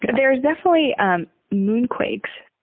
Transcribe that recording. there's definitely moonquakes.